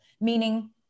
meaning